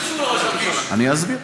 מה קשור, אני אסביר.